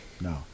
No